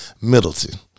Middleton